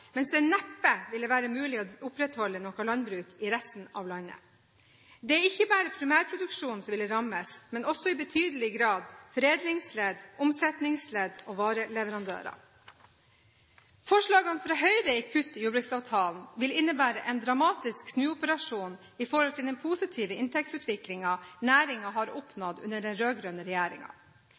mens det neppe ville være mulig å opprettholde noe landbruk i resten av landet. Det er ikke bare primærproduksjonen som ville blitt rammet, men også i betydelig grad foredlingsledd, omsetningsledd og vareleverandører. Forslagene fra Høyre om kutt i jordbruksavtalen vil innebære en dramatisk snuoperasjon i forhold til den positive inntektsutviklingen næringen har oppnådd under den